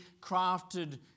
crafted